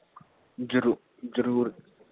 ਜ਼ਰੂਰ